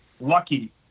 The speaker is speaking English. lucky